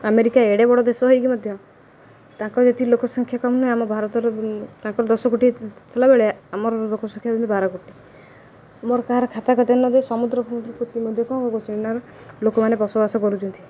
America ଏଡ଼େ ବଡ଼ ଦେଶ ହୋଇକରି ମଧ୍ୟ ତାଙ୍କ ଯେତିକି ଲୋକ ସଂଖ୍ୟା କମ୍ ନୁହେଁ ଆମ ଭାରତର ତାଙ୍କର ଦଶ କୋଟିଏ ଥିଲାବେେଳେ ଆମର ଲୋକ ସଂଖ୍ୟା ହେଉଛନ୍ତି ବାରକୋଟିଏ ମୋର କାହାର ଖାତା ଖାଦ୍ୟ ନଦ ସମୁଦ୍ର ପୋତି ମଧ୍ୟ କ'ଣ ହେଉଛନ୍ତି ନାରୀ ଲୋକମାନେ ବସବାସ କରୁଛନ୍ତି